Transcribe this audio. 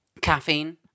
caffeine